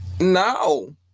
No